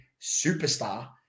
superstar